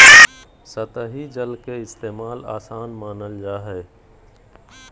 सतही जल के इस्तेमाल, आसान मानल जा हय